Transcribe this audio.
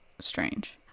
strange